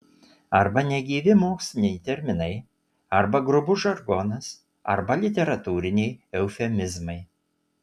arba negyvi moksliniai terminai arba grubus žargonas arba literatūriniai eufemizmai